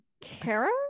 Kara